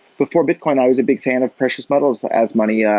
before bitcoin, i was a big fan of precious metals as money. yeah